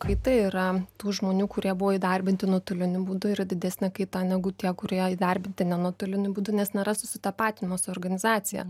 kaita yra tų žmonių kurie buvo įdarbinti nuotoliniu būdu yra didesnė kaita negu tie kurie įdarbinti ne nuotoliniu būdu nes nėra susitapatino su organizacija